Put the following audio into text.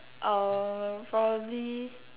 uh probably